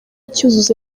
cyuzuzo